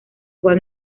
juan